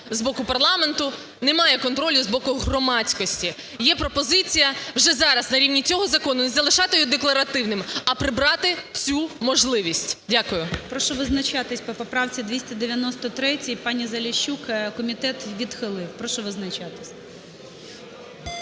з боку парламенту, немає контролю з боку громадськості. Є пропозиція вже зараз на рівні цього закону, не залишати його декларативним, а прибрати цю можливість. Дякую. ГОЛОВУЮЧИЙ. Прошу визначатись по поправці 293 пані Заліщук. Комітет її відхилив. Прошу визначатись.